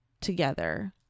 together